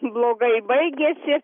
blogai baigėsi